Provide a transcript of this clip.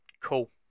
Cool